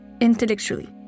intellectually